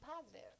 positive